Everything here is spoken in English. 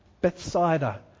Bethsaida